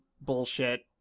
bullshit